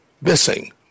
missing